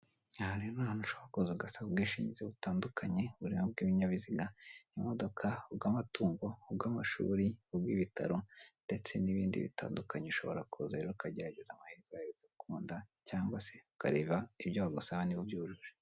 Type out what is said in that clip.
Aha rero ni ahantu ushoboraho kuza ugasaba ubwishingizi butandukanye burimo ubw'ibinyabiziga imodoka, ubw'amatungo, ubw'amashuri, ubw'ibitaro ndetse n'ibindi bitandukanye ushobora kuza rero ukagerageza amahirwekunda cyangwa se ukareba ibyo bagusaba niba ubyujuje.